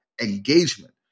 engagement